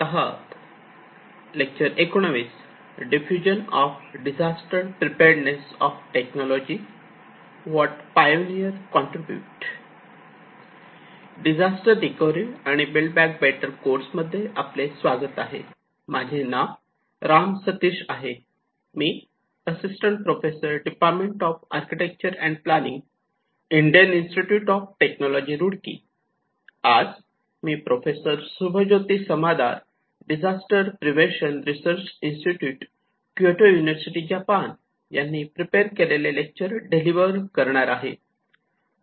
आज मी professor Shubhajyoti Samadar disaster prevention research institute Kyoto university Japan यांनी प्रीपेअर केलेले लेक्चर डिलिवर करणार आहे